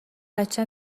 بچه